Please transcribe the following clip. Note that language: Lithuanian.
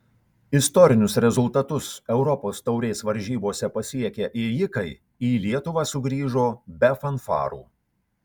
istorinius rezultatus europos taurės varžybose pasiekę ėjikai į lietuvą sugrįžo be fanfarų